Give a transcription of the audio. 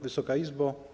Wysoka Izbo!